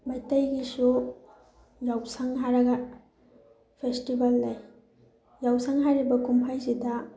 ꯃꯩꯇꯩꯒꯤꯁꯨ ꯌꯥꯎꯁꯪ ꯍꯥꯏꯔꯒ ꯐꯦꯁꯇꯤꯚꯦꯜ ꯂꯩ ꯌꯥꯎꯁꯪ ꯍꯥꯏꯔꯤꯕ ꯀꯨꯝꯃꯩꯁꯤꯗ